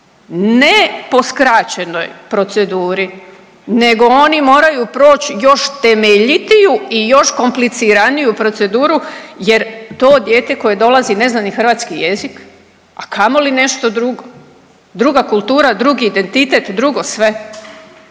Ne, po skraćenoj proceduri nego oni moraju proći još temeljitiju i još kompliciraniju proceduru jer to dijete koje dolazi ne zna ni hrvatski jezik, a kamoli nešto drugo. Druga kultura, drugi identitet, drugo sve.